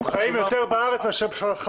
הם חיים יותר בארץ מאשר...